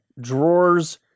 drawers